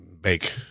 bake